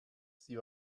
sie